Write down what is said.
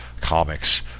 comics